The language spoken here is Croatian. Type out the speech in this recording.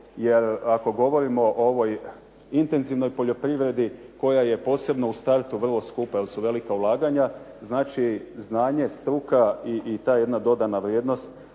Jer, ako govorimo o ovoj intenzivnoj poljoprivredi koja je posebno u startu vrlo skupa jer su velika ulaganja. Znači znanje, struka i ta jedna dodana vrijednost